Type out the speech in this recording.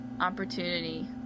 opportunity